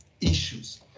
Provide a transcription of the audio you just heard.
issues